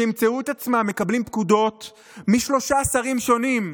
שימצאו את עצמם מקבלים פקודות משלושה שרים שונים: